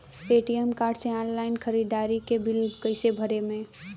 ATM card से online ख़रीदारी के बिल कईसे भरेम?